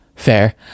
Fair